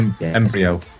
embryo